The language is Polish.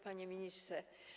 Panie Ministrze!